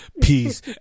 peace